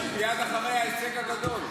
לא משנה ------ מייד אחרי ההישג הגדול.